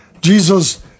Jesus